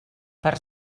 per